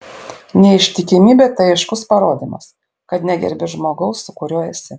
neištikimybė tai aiškus parodymas kad negerbi žmogaus su kuriuo esi